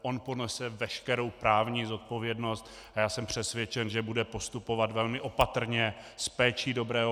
On ponese veškerou právní zodpovědnost a já jsem přesvědčen, že bude postupovat velmi opatrně s péčí dobrého hospodáře.